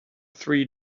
three